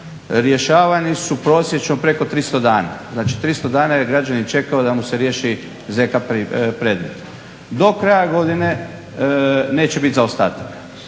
rješavani su prosječno preko 300 dana, znači 300 dana je građanin čekao da mu se riječi ZK predmet. Do kraja godine neće biti zaostataka.